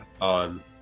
on